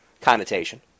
connotation